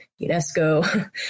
UNESCO